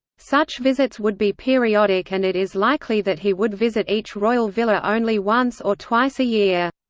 such visits would be periodic and it is likely that he would visit each royal villa only once or twice a year.